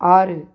ஆறு